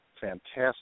fantastic